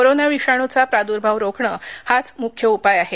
corona विषाणूचा प्रादुर्भाव रोखणे हाच मुख्य उपाय आहे